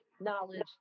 knowledge